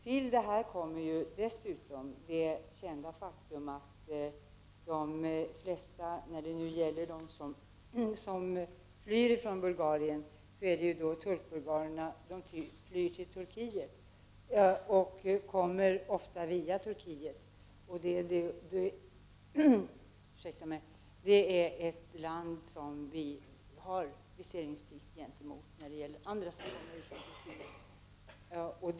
Till detta kommer dessutom det kända faktumet att de flesta turk-bulgarer som flyr från Bulgarien flyr till Turkiet och ofta kommer hit via Turkiet. Det är ett land gentemot vilket vi har viseringsplikt.